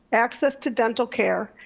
access to dental care,